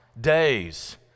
Days